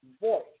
voice